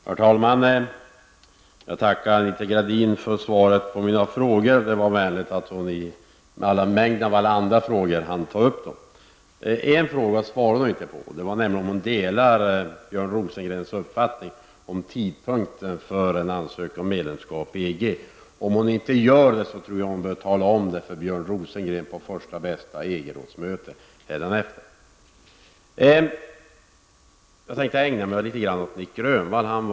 Herr talman! Jag tackar Anita Gradin för svaren på mina frågor. Det var vänligt att hon i mängden av alla frågor tog upp mina frågor. En fråga svarade hon dock inte på nämligen om hon delar Björn Rosengrens uppfattning om tidpunkten för en ansökan om medlemskap i EG. Om hon inte gör det tycker jag att hon bör tala om det för Björn Rosengren på första och bästa EG-rådsmöte hädanefter. Jag tänkte ägna mig lite åt att kommentera Nic Grönvalls anförande.